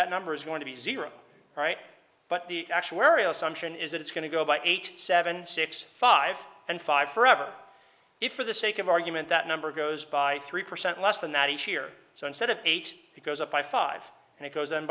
that number is going to be zero right but the actuarial sumption is that it's going to go by eight seven six five and five forever if for the sake of argument that number goes by three percent less than that each year so instead of eight he goes up by five and it goes on